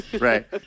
Right